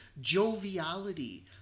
joviality